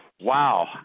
wow